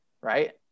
right